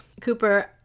cooper